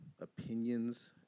opinions